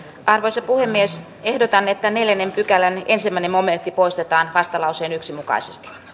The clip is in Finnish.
arvoisa puhemies ehdotan että neljännen pykälän ensimmäinen momentti poistetaan vastalauseen yksi mukaisesti